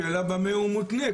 השאלה היא במה הוא מותנה,